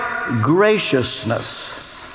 graciousness